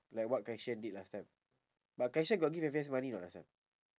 like what kai xuan did last time but kai xuan got give F_A_S money or not last time